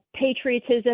patriotism